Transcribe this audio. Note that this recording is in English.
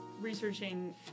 researching